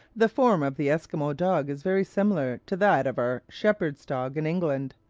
the form of the esquimaux dog is very similar to that of our shepherds' dog in england,